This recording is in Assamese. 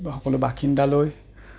সকলোৱে বাসিন্দালৈ